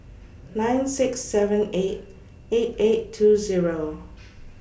nine six seven eight eight eight two Zero